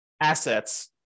assets